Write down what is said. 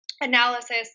analysis